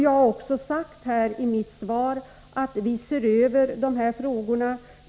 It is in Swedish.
Jag har också sagt i mitt svar att vi ser över dessa frågor.